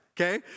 Okay